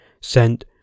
sent